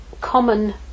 common